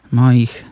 moich